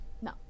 No